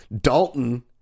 Dalton